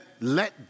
Let